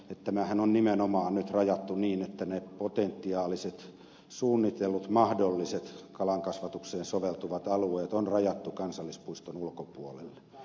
tämähän on nimenomaan nyt rajattu niin että ne potentiaaliset suunnitellut mahdolliset kalankasvatukseen soveltuvat alueet on rajattu kansallispuiston ulkopuolelle